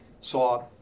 saw